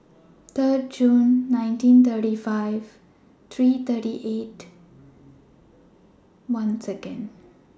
Third Jun nineteen thirty five three thirty eight once again